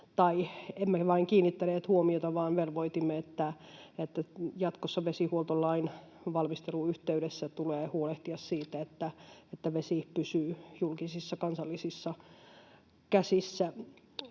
emme vain kiinnittäneet huomiota, vaan velvoitimme — että jatkossa vesihuoltolain valmistelun yhteydessä tulee huolehtia siitä, että vesi pysyy julkisissa kansallisissa käsissä.